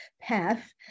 path